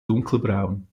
dunkelbraun